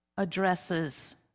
addresses